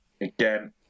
again